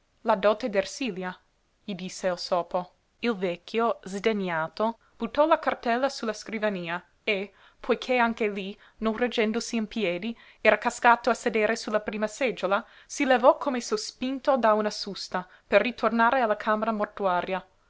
la dote d'ersilia gli disse il sopo il vecchio sdegnato buttò la cartella su la scrivania e poiché anche lí non reggendosi in piedi era cascato a sedere su la prima seggiola si levò come sospinto da una susta per ritornare alla camera mortuaria